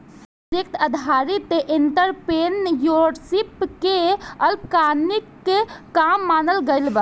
project आधारित entrepreneurship के अल्पकालिक काम मानल गइल बा